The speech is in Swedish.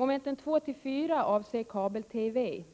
Momenten 2-4 avser kabel-TV.